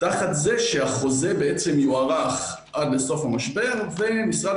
תחת זה שהחוזה יוארך עד סוף המשבר ומשרד